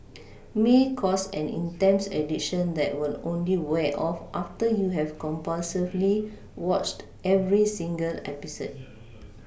may cause an intense addiction that will only wear off after you have compulsively watched every single episode